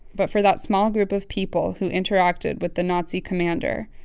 but for that small group of people who interacted with the nazi commander,